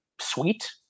sweet